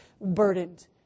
burdened